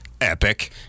Epic